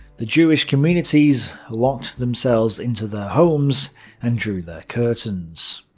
the jewish communities locked themselves into their homes and drew their curtains.